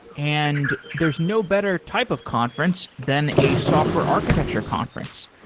and there's no better type of conference than a software architecture conference,